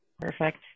Perfect